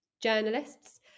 Journalists